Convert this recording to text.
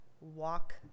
walk